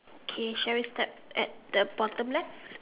okay shall we start at the bottom left